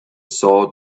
saw